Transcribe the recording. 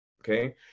okay